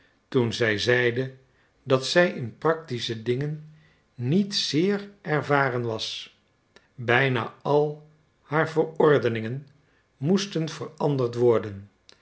toen zij zeide dat zij in practische dingen niet zeer ervaren was bijna al haar verordeningen moesten veranderd worden